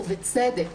ובצדק,